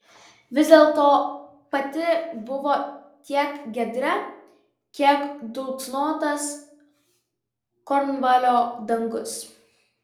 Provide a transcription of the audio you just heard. vis dėlto pati buvo tiek giedra kiek dulksnotas kornvalio dangus